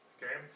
Okay